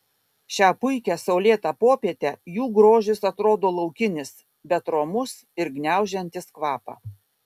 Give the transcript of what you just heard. šią puikią saulėtą popietę jų grožis atrodo laukinis bet romus ir gniaužiantis kvapą